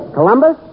Columbus